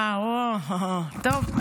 טוב,